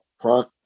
front